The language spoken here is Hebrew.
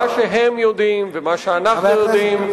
מה שהם יודעים ומה שאנחנו יודעים,